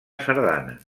sardana